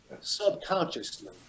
subconsciously